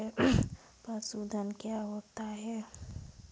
पशुधन क्या होता है?